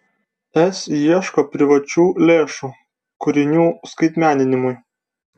es ieško privačių lėšų kūrinių skaitmeninimui